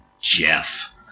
Jeff